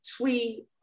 three